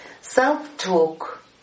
Self-talk